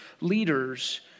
leaders